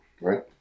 right